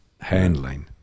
handling